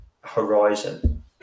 horizon